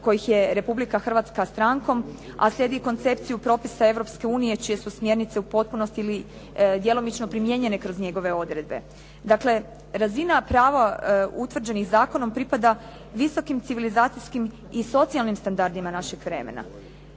kojih je Republika Hrvatska strankom a slijedi i koncepciju propisa Europske unije čije su smjernice u potpunosti ili djelomično primijenjene kroz njegove odredbe. Dakle, razina prava utvrđenih zakonom pripada visokim civilizacijskim i socijalnim standardima našeg vremena.